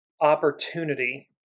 opportunity